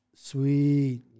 Sweet